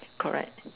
correct